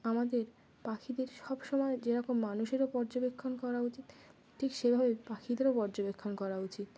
আমাদের পাখিদের সব সমময় যেরকম মানুষেরও পর্যবেক্ষণ করা উচিত ঠিক সেভাবে পাখিদেরও পর্যবেক্ষণ করা উচিত